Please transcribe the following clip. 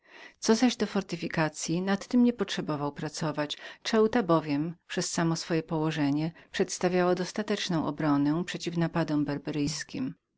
co zaś do fortyfikacyi nad temi nie potrzebował pracować wyspa bowiem przez samo swoje położenie przedstawiała dostateczną obronę przeciw napadom